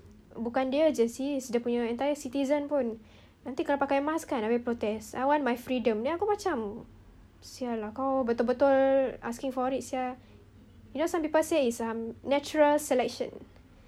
bukan dia jer sis dia punya entire citizen pun nanti kena pakai mask kan habis protest I want my freedom then aku macam [sial] lah kau betul-betul asking for it sia you know some people say it's um natural selection